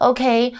Okay